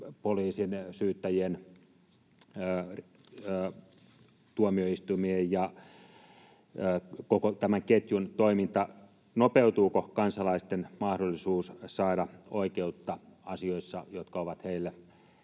poliisin, syyttäjien, tuomioistuimien ja koko tämän ketjun toiminta, nopeutuuko kansalaisten mahdollisuus saada oikeutta asioissa, jotka ovat heille